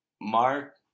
mark